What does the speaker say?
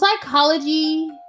psychology